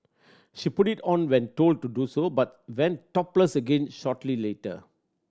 she put it on when told to do so but went topless again shortly later